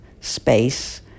space